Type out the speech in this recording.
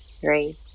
three